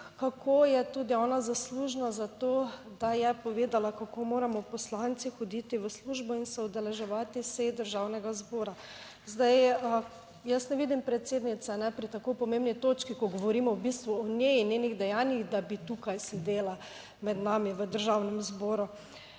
kako je tudi ona zaslužna za to, da je povedala kako moramo poslanci hoditi v službo in se udeleževati sej Državnega zbora. Jaz ne vidim predsednice pri tako pomembni točki, ko govorimo v bistvu o njej in njenih dejanjih, da bi tukaj sedela med nami v Državnem zboru.